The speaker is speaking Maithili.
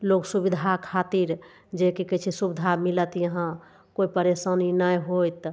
लोग सुविधा खातिर जे की कहय छै सुविधा मिलत यहाँ कोइ परेशानी नहि होयत